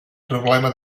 problema